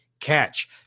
catch